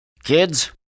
Kids